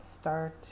start